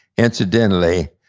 incidentally,